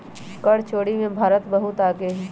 कर चोरी में भारत बहुत आगे हई